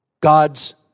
God's